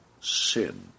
sin